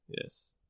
Yes